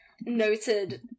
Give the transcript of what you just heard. noted